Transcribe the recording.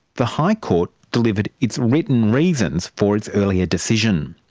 the high court delivered its written reasons for its earlier decision.